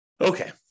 Okay